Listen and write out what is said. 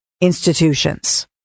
institutions